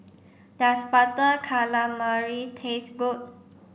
does butter calamari taste good